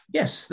yes